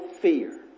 fear